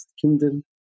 Kingdom